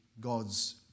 God's